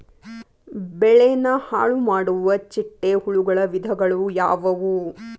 ಬೆಳೆನ ಹಾಳುಮಾಡುವ ಚಿಟ್ಟೆ ಹುಳುಗಳ ವಿಧಗಳು ಯಾವವು?